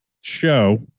show